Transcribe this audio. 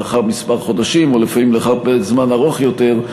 לאחר כמה חודשים ולפעמים לאחר פרק זמן ארוך יותר,